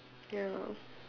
ya